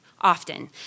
often